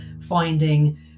finding